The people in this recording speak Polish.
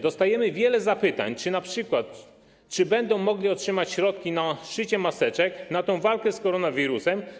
Dostajemy wiele zapytań, np. czy będą mogły otrzymać środki na szycie maseczek w ramach walki z koronawirusem.